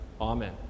Amen